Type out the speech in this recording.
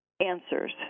answers